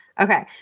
Okay